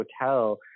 hotel